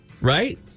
right